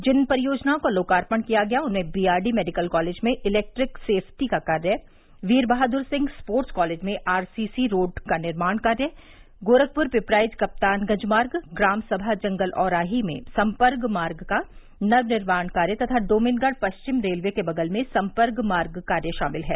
जिन परियोजनाओं का लोकार्पण किया गया उनमें बीआरडी मेडिकल कालेज में इलेक्ट्रिक सेफ्टी का कार्य बीर बहादुर सिंह स्पोर्टस कालेज में आरसीसी रोड का निर्माण कार्य गोरखपुर पिपराइच कप्तानगंज मार्ग ग्राम सभा जंगल औराही में सम्पर्क मार्ग का नवनिर्माण कार्य तथा डोमिनगढ़ पश्चिम रेलवे के बगल में सम्पर्क मार्ग कार्य शामिल है